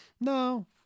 No